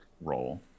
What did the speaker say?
role